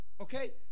Okay